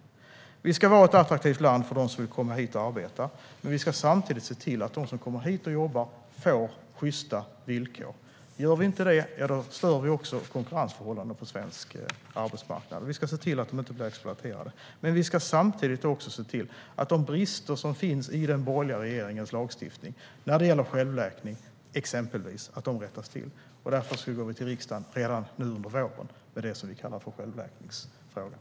Sverige ska vara ett attraktivt land för dem som vill komma hit och arbeta. Samtidigt ska vi se till att de som kommer hit och jobbar får sjysta villkor. Gör vi inte det stör vi konkurrensförhållandena på svensk arbetsmarknad. Vi ska se till att arbetskraftsinvandrarna inte blir exploaterade. Samtidigt ska vi se till att de brister som finns i den borgerliga regeringens lagstiftning när det gäller exempelvis självläkning rättas till. Därför går vi till riksdagen redan nu under våren med det som vi kallar för självläkningsfrågan.